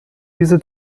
diese